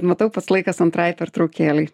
matau pats laikas antrai pertraukėlei